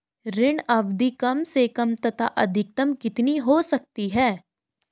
ऋण अवधि कम से कम तथा अधिकतम कितनी हो सकती है?